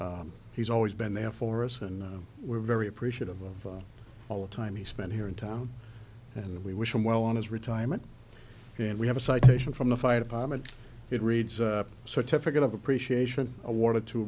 but he's always been there for us and we're very appreciative of all the time he spent here in town and we wish him well on his retirement and we have a citation from the fire department it reads certificate of appreciation awarded to